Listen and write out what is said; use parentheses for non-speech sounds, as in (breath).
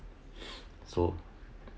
(breath) so